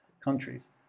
countries